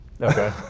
Okay